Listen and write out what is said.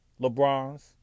LeBrons